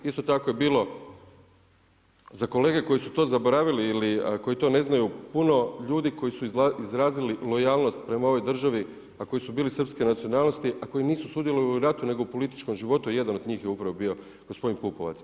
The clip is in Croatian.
Isto tako je bilo za kolege koji su to zaboravili ili a koji to ne znaju puno ljudi koji su izrazili lojalnost prema ovoj državi a koji su bili srpske nacionalnosti a koji nisu sudjelovali u ratu nego u političkom životu, jedan od njih je upravo bio gospodin Pupovac.